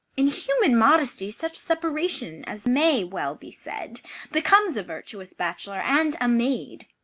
in human modesty such separation as may well be said becomes a virtuous bachelor and a maid,